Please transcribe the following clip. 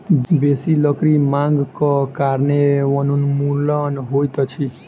बेसी लकड़ी मांगक कारणें वनोन्मूलन होइत अछि